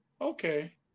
Okay